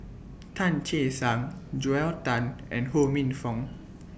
Tan Che Sang Joel Tan and Ho Minfong